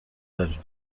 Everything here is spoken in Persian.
داریم